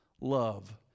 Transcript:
love